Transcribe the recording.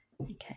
Okay